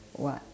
what